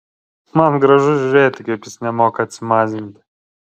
man gražu žiūrėti kaip jis nemoka atsimazinti